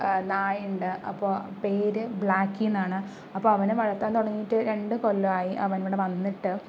നായയുണ്ട് അപ്പോൾ പേര് ബ്ലാക്കി എന്നാണ് അപ്പോൾ അവനെ വളർത്താൻ തുടങ്ങിയിട്ട് രണ്ട് കൊല്ലമായി അവൻ ഇവിടെ വന്നിട്ട്